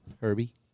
Herbie